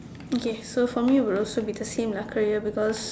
okay so for me it will also be the same lah career because